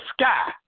sky